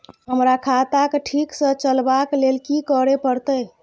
हमरा खाता क ठीक स चलबाक लेल की करे परतै